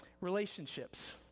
relationships